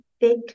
thick